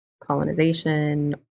colonization